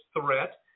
threat